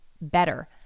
better